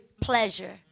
pleasure